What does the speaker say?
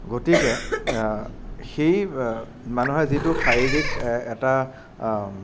গতিকে সেই মানুহে যিটো শাৰীৰিক এটা